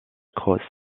crosse